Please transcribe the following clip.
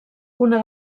una